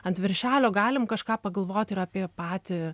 ant viršelio galim kažką pagalvot ir apie patį